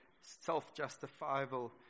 self-justifiable